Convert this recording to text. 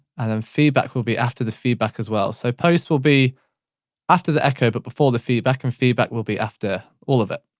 and um feedback will be after the feedback as well. so post will be after the echo but before the feedback, and feedback will be after all of it.